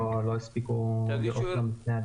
והם עוד לא הספיקו לראות את זה לפני הדיון.